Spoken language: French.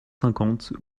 cinquante